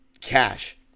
cash